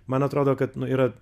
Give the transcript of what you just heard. man atrodo kad nu yra